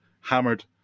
hammered